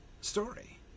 story